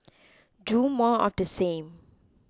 do more of the same